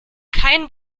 kein